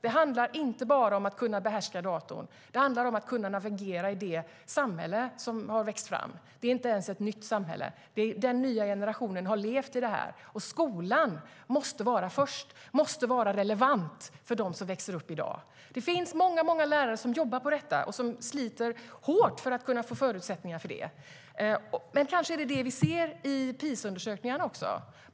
Det handlar inte bara om att kunna behärska datorn. Det handlar om att kunna navigera i det samhälle som har växt fram. Det är inte ens ett nytt samhälle. Den nya generationen har levt i detta. Skolan måste vara först och relevant för dem som växer upp i dag. Det finns många lärare som jobbar för detta och som sliter hårt för att kunna få förutsättningar för det. Kanske är det detta vi ser i PISA-undersökningen.